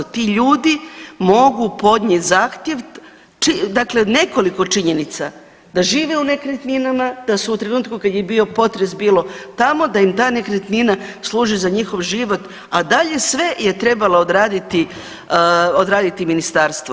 Ti ljudi mogu podnijet zahtjev, dakle nekoliko činjenica, da žive u nekretninama, da su u trenutku kad je bio potres bilo tamo, da im ta nekretnina služi za njihov život, a dalje sve je trebala odraditi, odraditi ministarstvo.